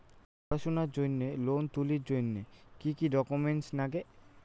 পড়াশুনার জন্যে লোন তুলির জন্যে কি কি ডকুমেন্টস নাগে?